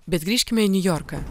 bet grįžkime į niujorką